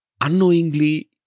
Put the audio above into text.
unknowingly